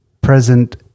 present